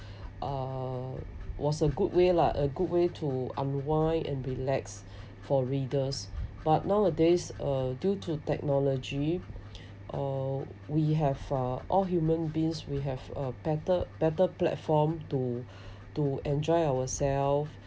uh was a good way lah a good way to unwind and relax for readers but nowadays uh due to technology uh we have uh all human beings we have a better better platform to to enjoy ourselves